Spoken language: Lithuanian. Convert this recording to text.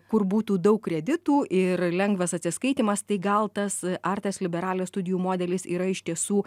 kur būtų daug kreditų ir lengvas atsiskaitymas tai gal tas artes liberales studijų modelis yra iš tiesų